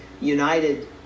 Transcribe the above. united